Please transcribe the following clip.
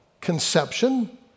conception